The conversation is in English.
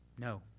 No